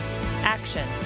Action